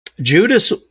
Judas